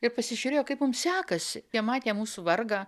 ir pasižiūrėjo kaip mum sekasi jie matė mūsų vargą